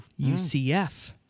UCF